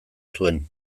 zuen